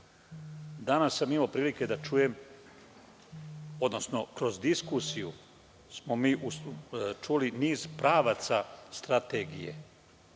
ulogu. Danas sam imao prilike da čujem, odnosno, kroz diskusiju smo čuli niz pravaca strategije.